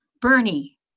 Bernie